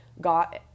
got